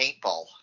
paintball